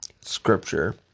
Scripture